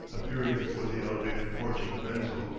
appearing before the elevated porch of the menzil,